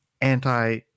anti